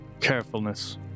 carefulness